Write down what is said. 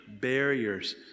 barriers